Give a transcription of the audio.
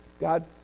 God